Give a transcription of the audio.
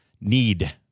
need